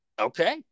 Okay